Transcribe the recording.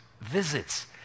visits